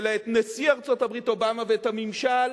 אלא את נשיא ארצות-הברית אובמה ואת הממשל